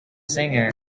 singer